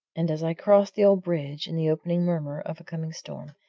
and as i crossed the old bridge, in the opening murmur of a coming storm,